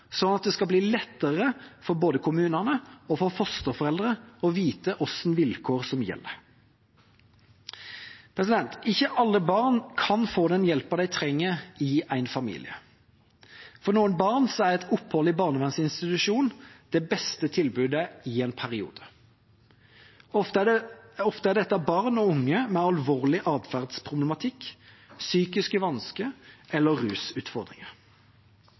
at det skal bli lettere for både kommunene og fosterforeldrene å vite hvilke vilkår som gjelder. Ikke alle barn kan få den hjelpa de trenger, i en familie. For noen barn er et opphold i barnevernsinstitusjon det beste tilbudet i en periode. Ofte er dette barn og unge med alvorlig atferdsproblematikk, psykiske vansker eller rusutfordringer.